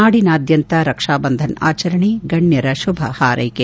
ನಾಡಿನಾದ್ಯಂತ ರಕ್ಷಾ ಬಂಧನ್ ಆಚರಣೆ ಗಣ್ಯರ ಶುಭ ಹಾರೈಕೆ